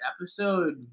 episode –